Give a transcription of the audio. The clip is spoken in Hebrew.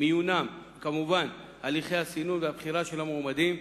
מיונם וכמובן הליכי הסינון והבחירה של המועמדים,